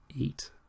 eight